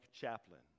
chaplain